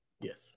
yes